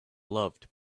loved